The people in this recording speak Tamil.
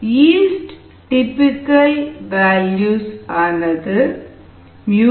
east typical values µm 0